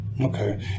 Okay